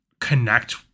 connect